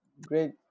great